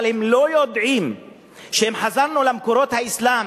אבל הם לא יודעים שאם חזרנו למקורות האסלאם,